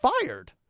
fired